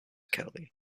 kelley